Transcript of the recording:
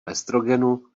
estrogenu